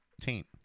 taint